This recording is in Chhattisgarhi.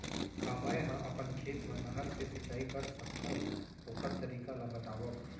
का मै ह अपन खेत मा नहर से सिंचाई कर सकथो, ओखर तरीका ला बतावव?